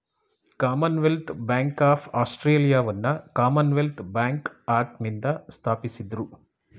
Commonwealth Bank of ಆಸ್ಟ್ರೇಲಿಯಾವನ್ನ Commonwealth Bank ಆಕ್ಟ್ನಿಂದ ಸ್ಥಾಪಿಸಿದ್ದ್ರು